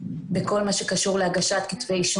כיום, בנקודת הזמן הזאת.